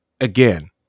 again